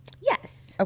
Yes